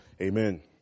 Amen